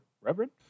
Reverend